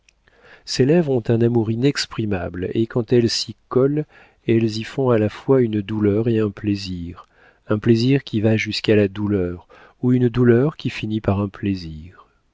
ses lèvres ont un amour inexprimable et quand elles s'y collent elles y font à la fois une douleur et un plaisir un plaisir qui va jusqu'à la douleur ou une douleur qui finit par un plaisir